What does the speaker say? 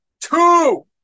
two